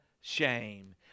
shame